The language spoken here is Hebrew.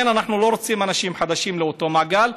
אנחנו לא רוצים אנשים חדשים באותו מעגל,